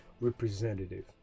representative